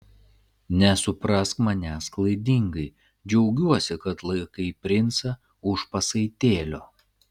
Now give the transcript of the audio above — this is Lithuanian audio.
nesuprask manęs klaidingai džiaugiuosi kad laikai princą už pasaitėlio